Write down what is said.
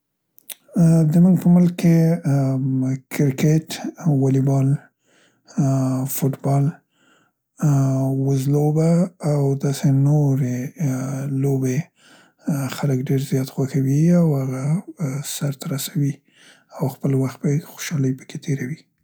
ا د مونګ په ملک کې کرکټ، ا ولیبال، ا، فوټبال، ا، وزلوبه او داسې نورې لوبې خلک ډیر زیات خوښوي او هغه سرته رسوي او خپل وخت به یې(خبره واضح نده) خوشالۍ په کې تیروي.